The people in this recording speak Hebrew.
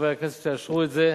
חברי הכנסת שתאשרו את זה,